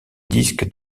disque